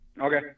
Okay